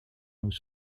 aux